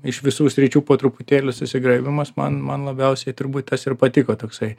iš visų sričių po truputėlį susigraibymas man man labiausiai turbūt tas ir patiko toksai